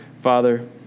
Father